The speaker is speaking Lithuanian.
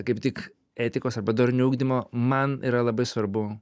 kaip tik etikos arba dorinio ugdymo man yra labai svarbu